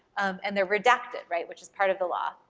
and they're redacted, right, which is part of the law.